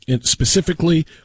specifically